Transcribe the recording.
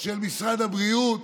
של משרד הבריאות,